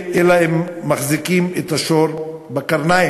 אלא אם מחזיקים את השור בקרניו.